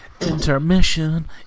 Intermission